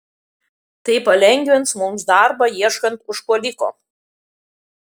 tai palengvins mums darbą ieškant užpuoliko